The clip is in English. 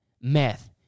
meth